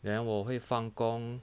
then 我会放工